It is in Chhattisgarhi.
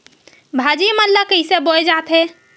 भाजी मन ला कइसे बोए जाथे?